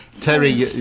terry